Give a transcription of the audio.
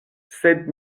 sed